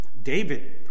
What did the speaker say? David